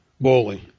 bowling